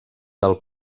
del